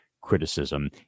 criticism